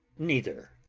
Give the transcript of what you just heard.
neither.